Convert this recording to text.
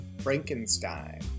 Frankenstein